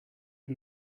one